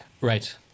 Right